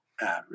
average